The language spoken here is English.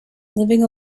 living